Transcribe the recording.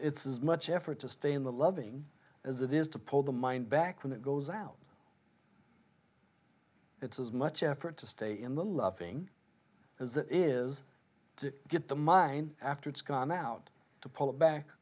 it's as much effort to stay in the loving as it is to pull the mind back when it goes out it's as much effort to stay in the loving as it is to get the mind after it's gone out to pull it back